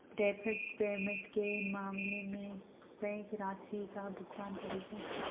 deferred payment के मामले में बैंक राशि का भुगतान करेगा